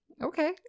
Okay